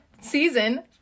season